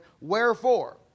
wherefore